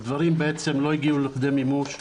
הדברים בעצם לא הגיעו לכדי מימוש.